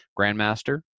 Grandmaster